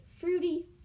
Fruity